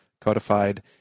codified